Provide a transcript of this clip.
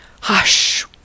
Hush